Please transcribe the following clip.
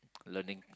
learning